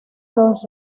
los